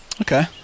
Okay